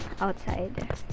outside